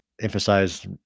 emphasize